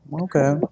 okay